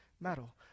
metal